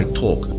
talk